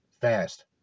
fast